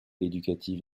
éducative